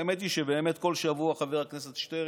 האמת היא שבאמת, כל שבוע, חבר הכנסת שטרן,